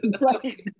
Right